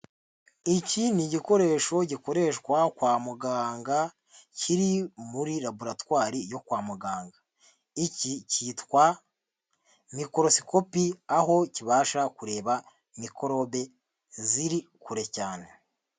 Iki ni igikoresho gikoreshwa kwa muganga kiri muri laboratwari yo kwa muganga, iki cyitwa mikorosikopi aho kibasha kureba mikorobe ziri kure cyane.